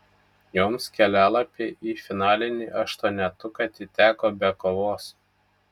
joms kelialapiai į finalinį aštuonetuką atiteko be kovos